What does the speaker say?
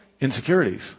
insecurities